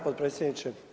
potpredsjedniče.